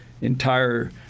entire